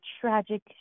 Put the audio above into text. tragic